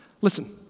Listen